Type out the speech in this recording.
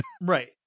right